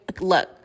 look